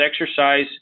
exercise